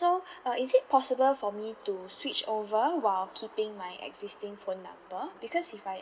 so uh is it possible for me to switch over while keeping my existing phone number because if I